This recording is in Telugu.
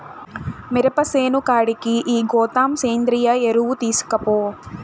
మిరప సేను కాడికి ఈ గోతం సేంద్రియ ఎరువు తీస్కపో